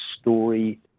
story